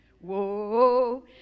whoa